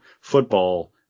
football